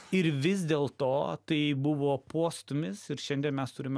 ir vis dėlto tai buvo postūmis ir šiandien mes turime